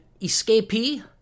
Escapee